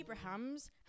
Abrahams